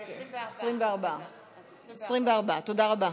24. תודה רבה.